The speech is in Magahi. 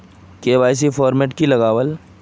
के.वाई.सी फॉर्मेट की लगावल?